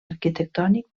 arquitectònic